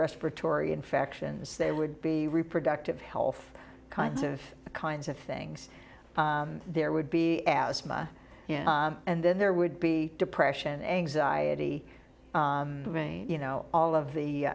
respiratory infections they would be reproductive health kinds of kinds of things there would be asthma and then there would be depression anxiety i mean you know all of the